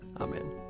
Amen